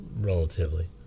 Relatively